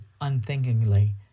unthinkingly